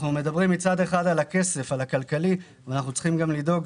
לצד העניין הכספי אנחנו צריכים לדאוג גם